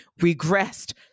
regressed